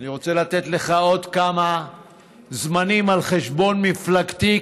אני רוצה לתת לך עוד כמה זמנים על חשבון מפלגתי.